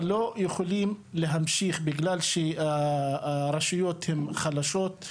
אבל לא יכולים להמשיך בגלל שרשויות הן חלשות,